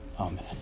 amen